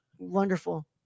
wonderful